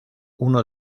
uno